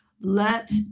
let